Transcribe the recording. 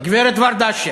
לא תוקפים, הגברת ורדה אלשיך.